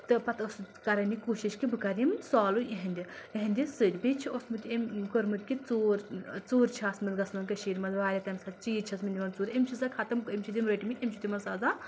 تہٕ پَتہٕ اوس کَران یہِ کوٗشِش کہِ بہٕ کَرٕ یِم سالو اِہنٛدِ اِہنٛدِ سۭتۍ بیٚیہِ چھِ اوسمُت أمۍ کوٚرمُت کہِ ژوٗر ژوٗر چھِ ٲسمٕژ گژھان کٔشیٖر منٛز واریاہ تَمہِ ساتہٕ چیٖز چھِ آسۍ مٕتۍ نِوان ژوٗرِ أمۍ چھِ سۄ خَتٕم أمۍ چھِ تِم رٔٹِمٕتۍ أمۍ چھِ تِمَن سَزا